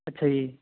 ਅੱਛਾ ਜੀ